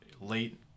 late